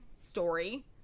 story